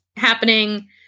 happening